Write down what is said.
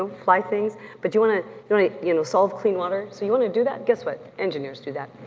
um fly things but you wanna you wanna you know solve clean water, so you wanna do that, guess what? engineers do that,